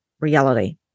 reality